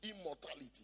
immortality